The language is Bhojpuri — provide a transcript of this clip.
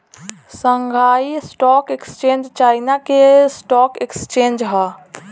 शांगहाई स्टॉक एक्सचेंज चाइना के स्टॉक एक्सचेंज ह